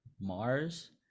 Mars